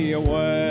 away